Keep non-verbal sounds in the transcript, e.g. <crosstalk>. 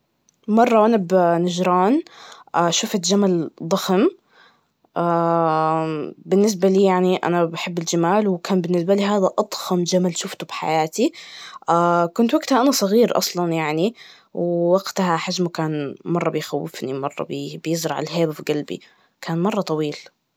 مرة وانا بنجران, شفت جمل ضخم, <hesitation> بالنسبة لي يعني, أنا بحب الجمال, وكان بالنسبة لي هذا أضخم جمل شفته بحياتي, <hesitation> كنت وجتها أنا صغير أصلاً يعني, ووقتها كان حجمه كان مرة بيخوفني مرة بيزرع الهيبة في جلبي, كان مرة طويل.